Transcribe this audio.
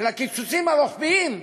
של הקיצוצים הרוחביים,